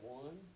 one